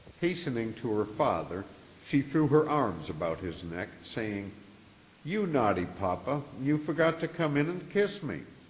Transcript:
hastening to her father she threw her arms about his neck, saying you naughty papa, you forgot to come in and kiss me.